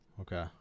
Okay